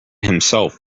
himself